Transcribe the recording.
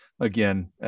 again